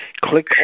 click